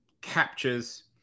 captures